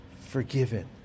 forgiven